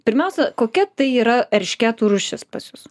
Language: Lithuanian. pirmiausia kokia tai yra eršketų rūšis pas jus